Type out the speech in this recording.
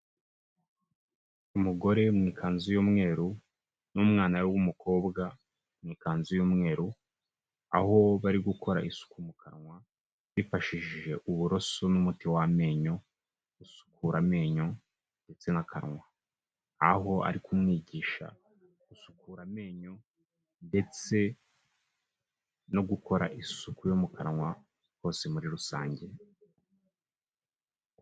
Umugore mu ikanzu y'umweru n'umwana we w'umukobwa mu ikanzu y'umweru, aho bari gukora isuku mu kanwa bifashishije uburoso n'umuti w'amenyo usukura amenyo ndetse n'akanwa, aho ari kumwigisha gusukura amenyo ndetse no gukora isuku yo mu kanwa hose muri rusange.